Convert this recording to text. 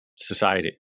society